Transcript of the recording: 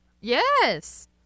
Yes